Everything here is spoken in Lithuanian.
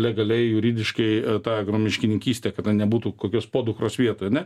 legaliai juridiškai ta miškininkystė kada nebūtų kokios podukros vietoj ar ne